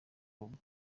bwo